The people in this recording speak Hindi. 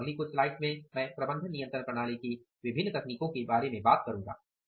अब अगली कुछ स्लाइड्स में मैं प्रबंधन नियंत्रण प्रणाली की विभिन्न तकनीकों के बारे में बात करूंगा